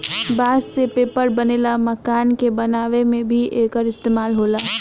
बांस से पेपर बनेला, मकान के बनावे में भी एकर इस्तेमाल होला